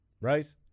Right